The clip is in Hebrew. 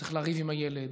צריך לריב עם הילד,